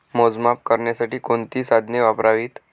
मोजमाप करण्यासाठी कोणती साधने वापरावीत?